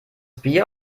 bier